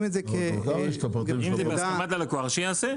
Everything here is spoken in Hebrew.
את זה כמידע --- אם זה בהסכמת הלקוח אז שיעשה,